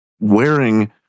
wearing